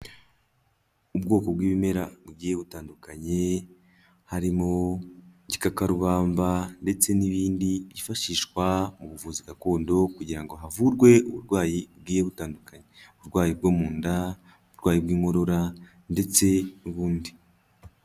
Ubwoko bw'ibimera bugiye butandukanye, harimo gikakarubamba ndetse n'ibindi byifashishwa mu buvuzi gakondo kugira ngo havurwe uburwayi bugiye butandukanye, uburwayi bwo mu nda, uburwayi bw'inkorora ndetse n'ubundi.